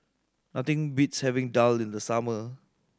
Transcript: nothing beats having daal in the summer